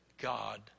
God